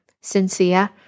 sincere